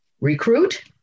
recruit